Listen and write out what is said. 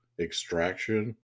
extraction